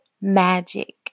magic